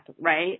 right